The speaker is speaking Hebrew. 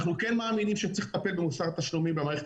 אנחנו כן מאמינים שצריך לטפל במוסר התשלומים במערכת